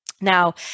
Now